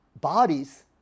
bodies